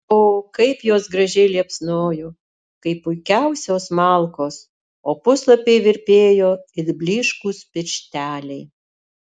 o kaip jos gražiai liepsnojo kaip puikiausios malkos o puslapiai virpėjo it blyškūs piršteliai